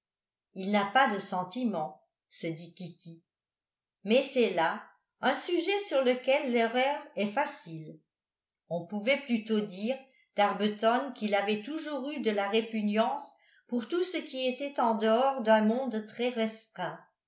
il n'a pas de sentiments se dit kitty mais c'est là un sujet sur lequel l'erreur est facile on pouvait plutôt dire d'arbuton qu'il avait toujours eu de la répugnance pour tout ce qui était en dehors d'un monde très restreint